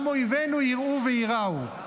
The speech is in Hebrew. גם אויבינו יראו וייראו.